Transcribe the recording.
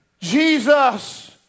Jesus